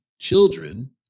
children